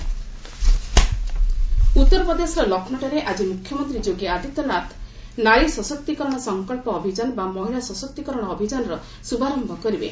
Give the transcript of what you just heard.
UP women ଉତ୍ତର ପ୍ରଦେଶର ଲକ୍ଷ୍ବୌଠାରେ ଆଜି ମୁଖ୍ୟମନ୍ତ୍ରୀ ଯୋଗୀ ଆଦିତ୍ୟନାଥ ନାରୀ ସଶକ୍ତୀକରଣ ସଙ୍କଳ୍ପ ଅଭିଯାନ ବା ମହିଳା ସଶକ୍ତୀକରଣ ଅଭିଯାନର ଶୁଭାରମ୍ଭ କରିବେ